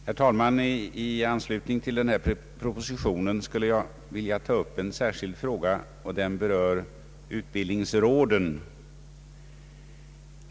Herr talman! I anslutning till denna proposition skulle jag vilja ta upp en särskild fråga. Den berör utbildningsråden.